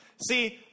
See